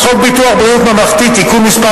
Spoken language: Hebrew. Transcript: חוק ביטוח בריאות ממלכתי (תיקון מס'